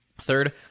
Third